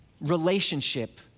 relationship